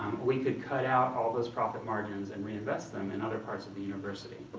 we could cut out all those profit margins and reinvest them in other parts of the university.